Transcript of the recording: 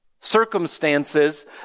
Circumstances